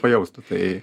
pajaustų tai